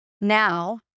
now